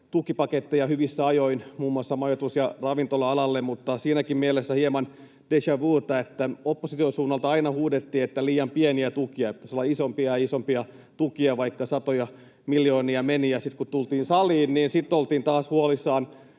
tukipaketteja hyvissä ajoin muun muassa majoitus- ja ravintola-alalle. Mutta siinäkin mielessä tuli hieman déjà-vu:ta, että opposition suunnalta aina huudettiin, että liian pieniä tukia, että pitäisi olla isompia ja isompia tukia, vaikka satoja miljoonia meni, ja sitten kun tultiin saliin, oltiin taas huolissaan